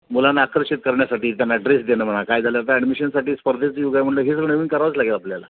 मुलांना आकर्षित करण्यासाठी त्यांना ड्रेस देणं म्हणा काय झालं तर ॲडमिशनसाठी स्पर्धेचं युग आहे म्हंड हे सगळं नवीन करावंच लागेल आपल्याला